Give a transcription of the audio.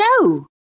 No